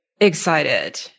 excited